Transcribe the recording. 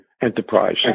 Enterprise